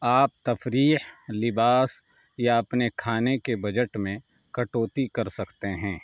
آپ تفریح لباس یا اپنے کھانے کے بجٹ میں کٹوتی کر سکتے ہیں